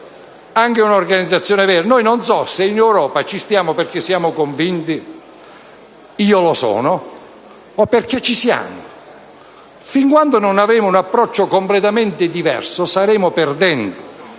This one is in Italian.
anche un'organizzazione vera. Non so se in Europa ci stiamo perché siamo convinti - io lo sono -, o perché ci siamo. Fin quando non avremo un approccio completamente diverso, saremo perdenti.